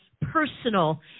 personal